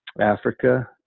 Africa